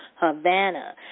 Havana